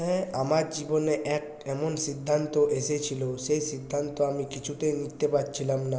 হ্যাঁ আমার জীবনে এক এমন সিদ্ধান্ত এসেছিলো সেই সিদ্ধান্ত আমি কিছুতেই নিতে পারছিলাম না